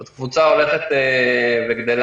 זו קבוצה הולכת וגדלה.